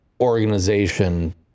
organization